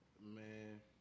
Man